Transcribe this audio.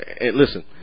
Listen